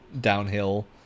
downhill